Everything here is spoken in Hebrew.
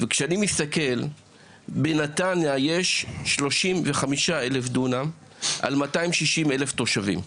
וכשאני מסתכל בנתניה יש 35,000 דונם על 260,000 תושבים.